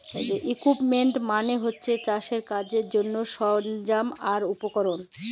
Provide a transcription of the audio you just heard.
equipment মালে হছে চাষের কাজের জ্যনহে সরল্জাম আর উপকরল